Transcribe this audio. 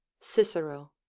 CICERO